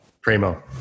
Primo